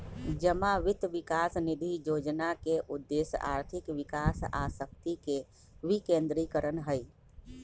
जमा वित्त विकास निधि जोजना के उद्देश्य आर्थिक विकास आ शक्ति के विकेंद्रीकरण हइ